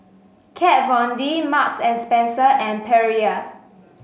Kat Von D Marks and Spencer and Perrier